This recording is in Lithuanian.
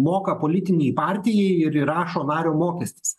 moka politinei partijai ir įrašo nario mokestis